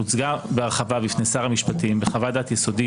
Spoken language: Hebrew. הוצגה בהרחבה בפני שר המשפטים בחוות דעת יסודית